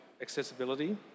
accessibility